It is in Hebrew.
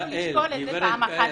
יוכלו לשקול את זה פעם אחת בלבד.